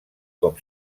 com